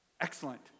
excellent